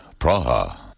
Praha